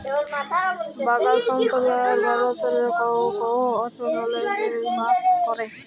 বাগাল সম্প্রদায় ভারতেল্লে কল্হ কল্হ অলচলে এখল বাস ক্যরে